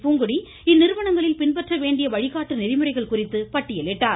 பூங்கொடி இந்நிறுவனங்களில் பின்பற்ற வேண்டிய வழிகாட்டு நெறிமுறைகள் குறித்து பட்டியலிட்டார்